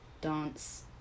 dance